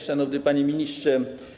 Szanowny Panie Ministrze!